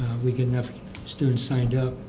we get enough students signed up,